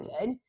good